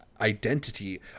identity